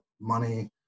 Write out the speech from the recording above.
money